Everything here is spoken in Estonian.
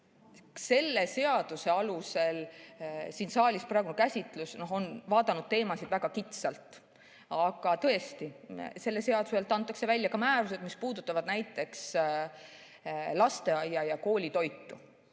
kättesaadav kõigile. Siin saalis praegu olnud käsitlus on vaadanud teemasid väga kitsalt. Aga tõesti, selle seaduse alusel antakse välja ka määrused, mis puudutavad näiteks lasteaia‑ ja koolitoitu.